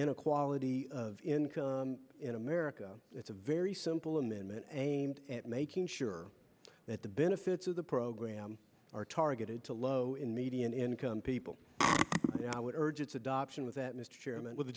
inequality of income in america it's a very simple amendment aimed at making sure that the benefits of the program are targeted to low in median income people and i would urge its adoption with that mr chairman with